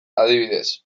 adibidez